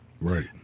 Right